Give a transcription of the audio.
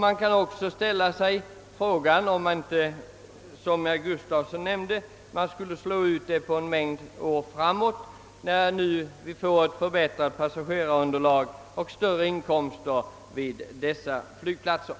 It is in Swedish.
Man kan också ställa sig frågan, om inte kostnaderna bör, som herr Gustavsson sade, slås ut på en mängd år framåt, när passagerarunderlaget vid dessa flygplatser nu förbättras och inkomsterna blir större.